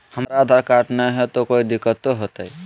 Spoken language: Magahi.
हमरा आधार कार्ड न हय, तो कोइ दिकतो हो तय?